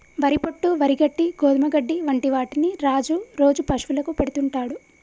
వరి పొట్టు, వరి గడ్డి, గోధుమ గడ్డి వంటి వాటిని రాజు రోజు పశువులకు పెడుతుంటాడు